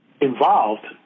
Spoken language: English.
Involved